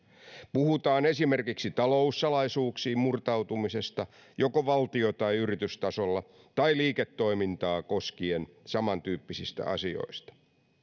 puhutaan esimerkiksi taloussalaisuuksiin murtautumisesta joko valtio tai yritystasolla tai liiketoimintaa koskien samantyyppisistä asioista